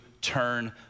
turn